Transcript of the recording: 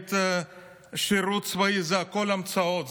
ונגד שירות צבאי זה הכול המצאות,